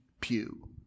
pew